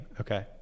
Okay